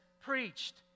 preached